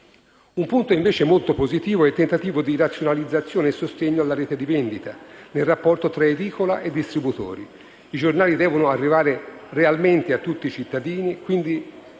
Un punto, invece, molto positivo è il tentativo di razionalizzazione e sostegno alla rete di vendita, nel rapporto tra edicola e distributori. I giornali devono arrivare realmente a tutti i cittadini, quindi